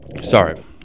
sorry